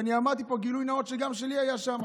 ואני אמרתי פה בגילוי נאות שגם שלי היה שם,